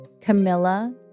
Camilla